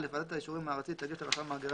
(א)ועדת האישורים הארצית תגיש לרשם מאגרי